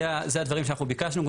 זה הדברים שאנחנו ביקשנו.